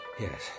Yes